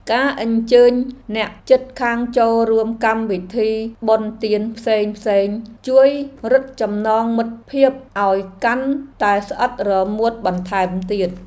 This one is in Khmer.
ការអញ្ជើញអ្នកជិតខាងចូលរួមកម្មវិធីបុណ្យទានផ្សេងៗជួយរឹតចំណងមិត្តភាពឱ្យកាន់តែស្អិតរមួតបន្ថែមទៀត។